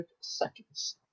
seconds